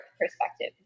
perspective